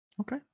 Okay